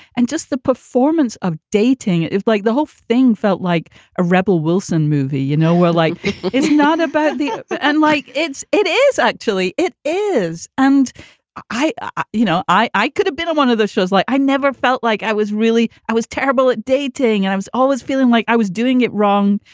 and just the performance of dating is like the whole thing felt like a rebel wilson movie you know, we're like it's not about the ah but end. like, it's. it is, actually. it is. and i i you know, i i could have been on one of those shows. like i never felt like i was really i was terrible at dating. and i was always feeling like i was doing it wrong.